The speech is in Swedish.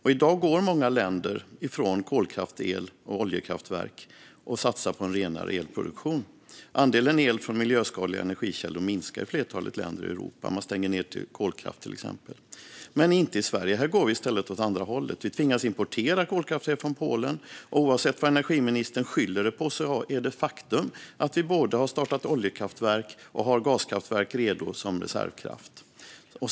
I dag går många länder ifrån kolkraftsel och oljekraftverk och satsar på en renare elproduktion. Andelen el från miljöskadliga energikällor minskar i flertalet länder i Europa - man stänger till exempel ned kolkraft - men inte i Sverige. Här går vi i stället åt andra hållet. Vi tvingas importera kolkraftsel från Polen, och oavsett vad energiministern skyller det på är det ett faktum att vi både har startat oljekraftverk och har gaskraftverk redo som reservkraft.